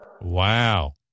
Wow